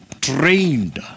trained